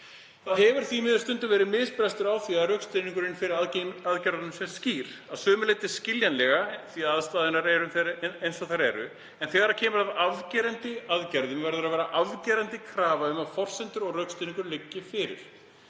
Það hefur því miður stundum verið misbrestur á því að rökstuðningurinn fyrir aðgerðunum sé skýr. Að sumu leyti skiljanlega því að aðstæður eru eins og þær eru. En þegar kemur að afgerandi aðgerðum verður að vera afgerandi krafa um að forsendur og rökstuðningur liggi fyrir.